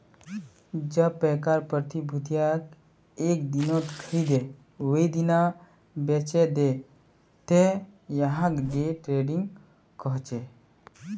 जब पैकार प्रतिभूतियक एक दिनत खरीदे वेय दिना बेचे दे त यहाक डे ट्रेडिंग कह छे